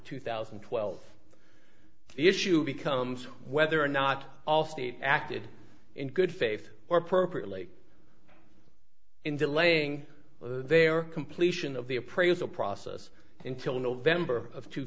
two thousand and twelve the issue becomes whether or not allstate acted in good faith or appropriately in delaying their completion of the appraisal process until november of two